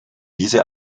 diese